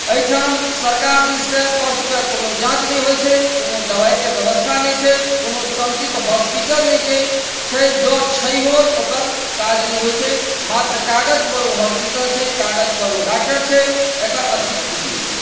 एहिठाम सरकार दिससँ पशुके कोनो जांँच नहि होइत छै कोनो दवाइके व्यवस्था नहि छै कोनो समुचित हॉस्पिटल नहि छै छै जँ छैहो तऽ ओकर काज नहि होयत छै मात्र कागज पर ओ हॉस्पिटल छै कागज पर ओ डाक्टर छै एकर अतिरिक्त किछु नहि छै